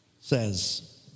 says